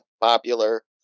popular